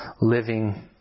living